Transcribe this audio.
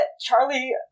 Charlie